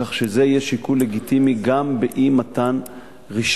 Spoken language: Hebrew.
כך שזה יהיה שיקול לגיטימי גם באי-מתן רשיון.